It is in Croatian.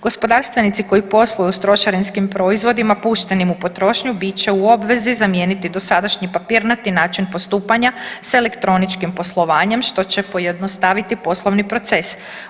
Gospodarstvenici koji posluju sa trošarinskim proizvodima puštenim u potrošnju bit će u obvezi zamijeniti dosadašnji papirnati način postupanja sa elektroničkim poslovanjem što će pojednostaviti poslovni proces.